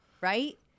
right